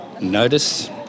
Notice